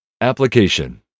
Application